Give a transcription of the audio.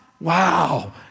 wow